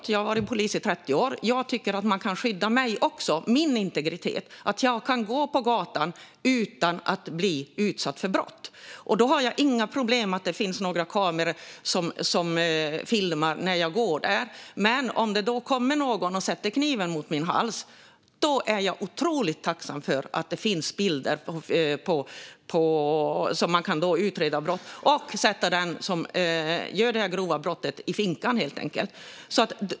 Jag har också varit polis i 30 år. Jag tycker att man kan skydda också min integritet, så att jag kan gå på en gata utan att bli utsatt för brott. Jag har inga problem med att några kameror filmar när jag går där. Men om någon skulle sätta en kniv mot min hals skulle jag vara otroligt tacksam om det finns bilder så att man kan utreda brottet och sätta den som begår det grova brottet i finkan.